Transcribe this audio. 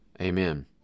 Amen